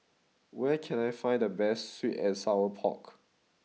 where can I find the best Sweet and Sour Pork